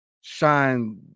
shine